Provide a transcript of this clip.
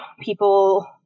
people